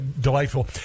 delightful